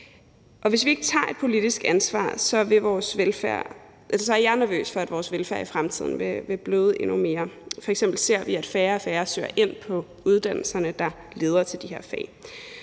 Hvis vi ikke tager et politisk ansvar, er jeg nervøs for, at vores velfærd i fremtiden vil bløde endnu mere. F.eks. ser vi, at færre og færre søger ind på uddannelserne, der leder til de her fag.